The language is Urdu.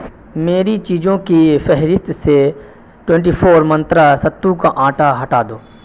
میری چیزوں کی فہرست سے ٹونٹی فور منترا ستو کا آٹا ہٹا دو